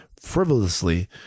frivolously